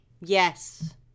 Yes